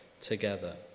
together